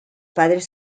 padres